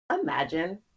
Imagine